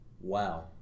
wow